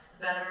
better